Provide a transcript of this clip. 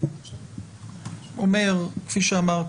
אני אומר, כפי שאמרתי,